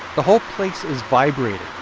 the whole place is vibrating.